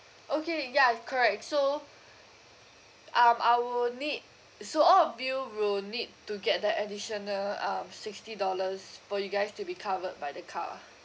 okay ya correct so um I will need so all of you will need to get the additional um sixty dollars for you guys to be covered by the car